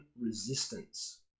resistance